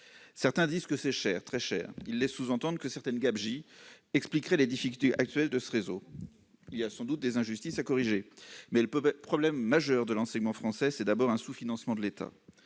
Certains disent que c'est cher, très cher. Ils laissent sous-entendre que certaines gabegies expliqueraient les difficultés actuelles de ce réseau. Sans doute des injustices doivent être corrigées, mais le problème majeur de l'enseignement français, c'est d'abord un sous-financement de l'État,